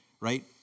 Right